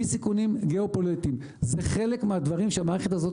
מסיכונים גיאופוליטיים זה חלק מהדברים שהמערכת הזאת